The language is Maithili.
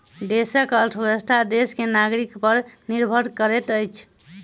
देशक अर्थव्यवस्था देश के नागरिक पर निर्भर करैत अछि